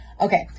Okay